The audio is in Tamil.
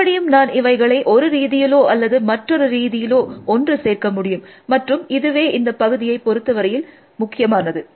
மறுபடியும் நான் இவைகளை ஒரு ரீதியிலோ அல்லது மற்றொரு ரீதியிலோ ஒன்று சேர்க்க முடியும் மற்றும் இதுவே இந்த பகுதியை பொறுத்தவரையில் முக்கியமானது